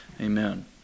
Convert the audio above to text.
Amen